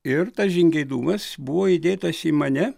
ir tas žingeidumas buvo įdėtas į mane